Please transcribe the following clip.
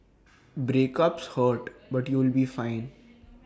breakups hurt but you'll be fine